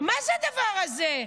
מה זה הדבר הזה?